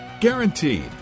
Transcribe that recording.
Guaranteed